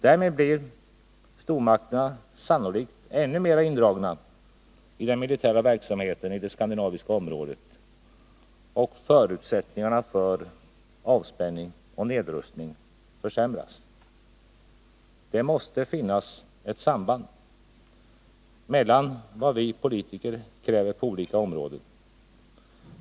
Därmed blir stormakterna sannolikt ännu mer indragna i den militära verksamheten i det skandinaviska området och förutsättningarna för avspänning och nedrustning försämras. Det måste finnas ett samband mellan vad vi politiker kräver på olika områden.